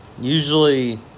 usually